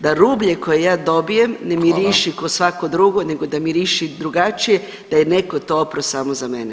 Da rublje koje ja dobijem ne miriši [[Upadica: Hvala.]] kao svako drugo nego da miriši drugačije, da je netko to oprao samo za mene.